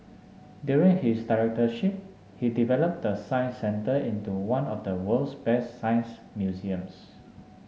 during his directorship he developed the Science Centre into one of the world's best science museums